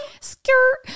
skirt